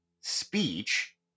speech